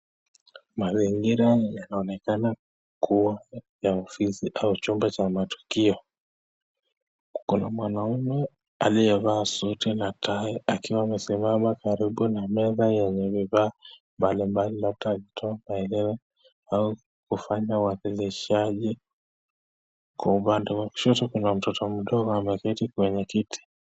Mazingira yanaonekana kuwa ni ofisi au chumba cha matukio. Kuna mwanaume aliyevaa suti na tai akiwa amesimama karibu na meza yenye vibada mbalimbali la kutolea bei au kufanya udalishaji. Kwa upande wa kushoto kuna mtoto mdogo ameketi kwenye kiti.